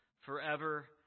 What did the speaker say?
forever